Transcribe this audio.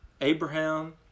Abraham